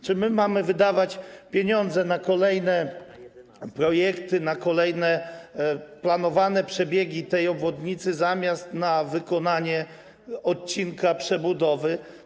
Czy mamy wydawać pieniądze na kolejne projekty, na kolejne planowane przebiegi tej obwodnicy zamiast na wykonanie odcinka przebudowy?